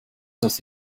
dass